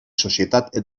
societat